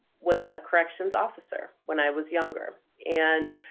was a corrections officer, when i was younger. and,